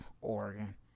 Oregon